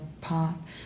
path